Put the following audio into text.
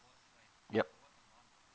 yup